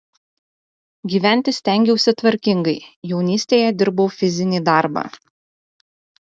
gyventi stengiausi tvarkingai jaunystėje dirbau fizinį darbą